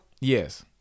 yes